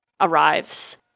arrives